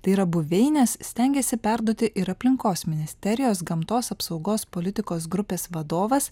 tai yra buveines stengėsi perduoti ir aplinkos ministerijos gamtos apsaugos politikos grupės vadovas